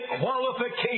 qualification